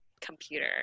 computer